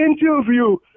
interview